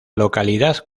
localidad